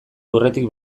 lurretik